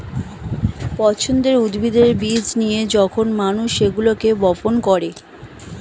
পছন্দের উদ্ভিদের বীজ নিয়ে যখন মানুষ সেগুলোকে বপন করে